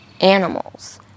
animals